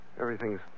Everything's